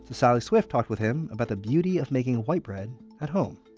sally swift talked with him about the beauty of making white bread at home